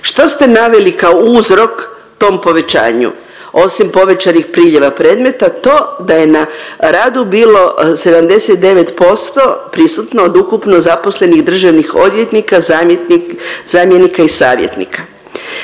Što ste naveli kao uzrok tom povećanju? Osim povećanih priljeva predmeta to je da na radu bilo 79% prisutno od ukupno zaposlenih državnih odvjetnika, zamjenika i savjetnika.